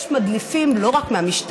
יש מדליפים לא רק מהמשטרה,